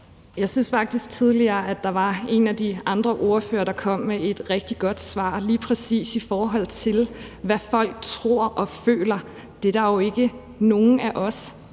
Jeg synes faktisk, at der tidligere var en af de andre ordførere, der kom med et rigtig godt svar lige præcis i forhold til, hvad folk tror og føler. Der er jo ikke nogen af os